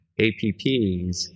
APPs